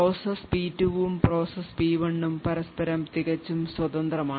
process P2 ഉം process P1 ഉം പരസ്പരം തികച്ചും സ്വതന്ത്രമാണ്